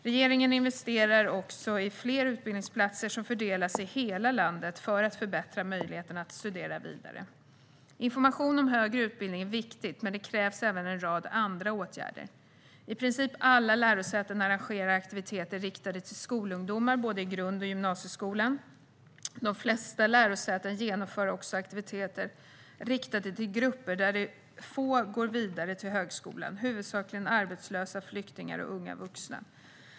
Regeringen investerar också i fler utbildningsplatser, som fördelas i hela landet för att förbättra möjligheterna att studera vidare. Information om högre utbildning är viktigt, men det krävs även en rad andra åtgärder. I princip alla lärosäten arrangerar aktiviteter riktade till skolungdomar i både grund och gymnasieskolan. De flesta lärosäten genomför också aktiviteter riktade till grupper där få går vidare till högskolan, huvudsakligen arbetslösa, flyktingar och unga vuxna.